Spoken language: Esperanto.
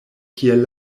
kiel